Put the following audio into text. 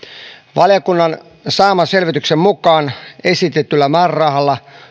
valiokunnan saaman selvityksen mukaan esitetyllä määrärahalla